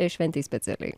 šventei specialiai